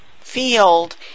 field